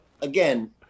again